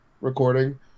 recording